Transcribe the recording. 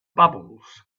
bubbles